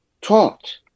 taught